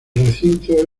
recinto